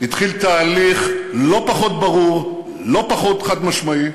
התחיל תהליך לא פחות ברור, לא פחות חד-משמעי,